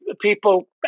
people